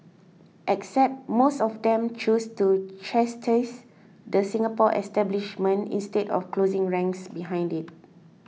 except most of them chose to chastise the Singapore establishment instead of 'closing ranks' behind it